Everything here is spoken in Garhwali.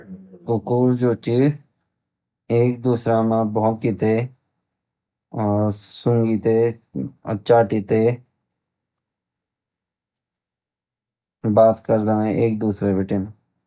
कुत्ता जो छ एक दूसरा ते भोकिते और सूंघ ते चाटिते बात करदा एक दूसरे बीतिन